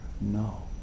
No